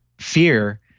fear